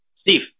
Steve